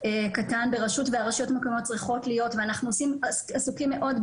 א' שהושקעו מעל 320,000,000 ₪ במפגעים